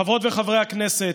חברות וחברי הכנסת,